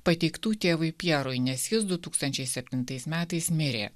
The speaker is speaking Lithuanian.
pateiktų tėvui pjerui nes jis du tūkstančiai septintais metais mirė